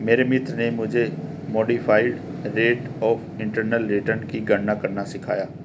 मेरे मित्र ने मुझे modified rate of internal return की गणना करना सिखाया